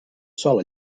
sola